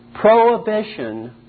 prohibition